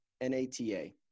N-A-T-A